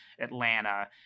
Atlanta –